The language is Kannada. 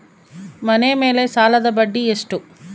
ಮನೆ ಮೇಲೆ ಸಾಲದ ಬಡ್ಡಿ ಎಷ್ಟು?